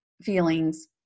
feelings